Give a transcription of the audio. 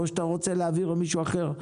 או שאתה רוצה להעביר למישהו אחר,